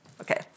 Okay